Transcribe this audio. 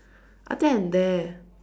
I think I'm there